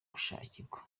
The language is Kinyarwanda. gushakirwa